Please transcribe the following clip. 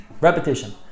Repetition